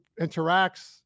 interacts